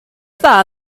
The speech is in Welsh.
dda